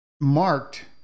marked